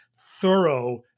thorough